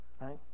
right